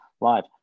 live